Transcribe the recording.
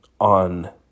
on